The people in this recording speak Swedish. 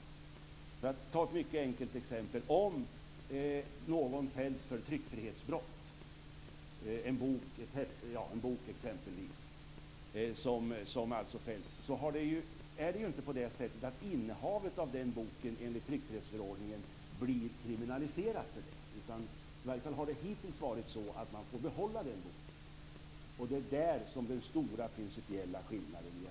Jag skall ta ett mycket enkelt exempel: Om någon fälls för tryckfrihetsbrott, gällande en bok exempelvis, är det inte innehavet av boken som blir kriminaliserat, enligt tryckfrihetsförordningen. I varje fall har man hittills fått behålla boken. Det är där den stora principiella skillnaden ligger.